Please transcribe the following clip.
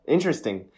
Interesting